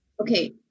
Okay